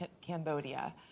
Cambodia